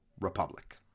republic